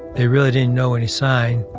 they really didn't know any sign,